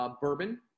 bourbon